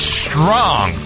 strong